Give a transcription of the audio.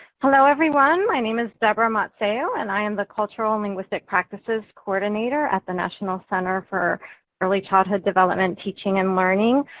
hello everyone my name is deborah mazzeo and i am the cultural and linguistic practices coordinator at the national center for early childhood cevelopment, teaching, and learning.